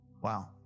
wow